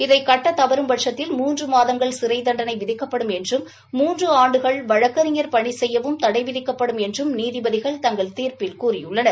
இதை கட்ட தவறும்பட்சத்தில் மூன்று மாதங்கள் சிறை தண்டனை விதிக்கப்படும் என்றும் மூன்று ஆண்டுகள் வழக்கறிஞர் பணி செய்யவும் தடை விதிக்கப்படும் என்றும் நீதிபதிகள் தங்கள் தீர்ப்பில் கூறியுள்ளனர்